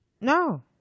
No